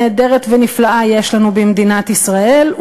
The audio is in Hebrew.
נהדרת ונפלאה יש לנו במדינת ישראל.